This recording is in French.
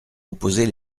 opposer